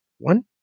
One